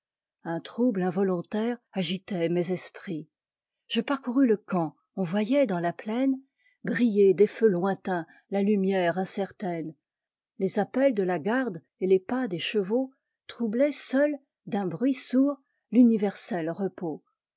un genre de mouvement dans l'irrégularité allemande auquel on ne peut jamais suppléer briuer des feux lointains la lumière incertaine les appels de la garde et les pas des chevaux troublaient seuls d'un bruit sourd l'universel repos